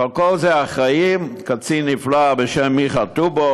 ועל כל זה אחראי קצין נפלא בשם מיכה טובול,